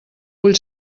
vull